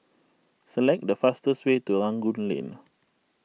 select the fastest way to Rangoon Lane